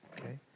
Okay